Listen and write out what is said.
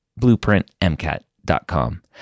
blueprintmcat.com